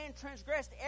transgressed